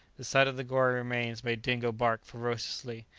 the sight of the gory remains made dingo bark ferociously,